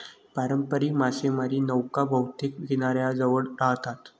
पारंपारिक मासेमारी नौका बहुतेक किनाऱ्याजवळ राहतात